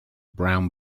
brown